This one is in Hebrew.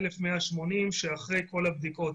1,180 שאחרי כל הבדיקות,